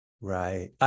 Right